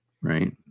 Right